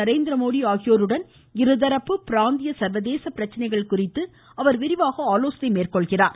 நரேந்திரமோடி ஆகியோருடன் இருதரப்பு பிராந்திய சர்வதேச பிரச்சினைகள் குறித்து அவர் விரிவாக விவாதிக்கிறார்